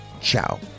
ciao